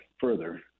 further